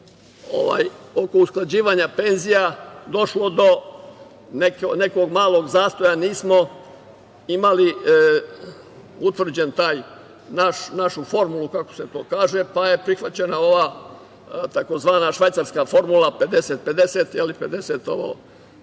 oko usklađivanja penzija došlo do nekog malog zastoja, nismo imali utvrđen tu našu formulu, kako se to kaže, pa je prihvaćena ova tzv. švajcarska formula 50/50, 50 od